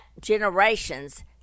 generations